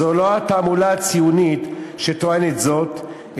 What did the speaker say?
זו לא התעמולה הציונית שטוענת זאת,